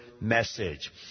message